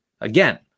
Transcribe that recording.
again